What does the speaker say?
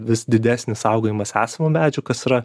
vis didesnis saugojimas esamų medžių kas yra